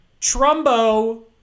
Trumbo